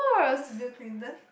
who's Bill-Clinton